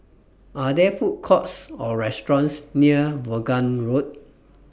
Are There Food Courts Or restaurants near Vaughan Road